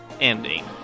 ending